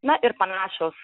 na ir panašios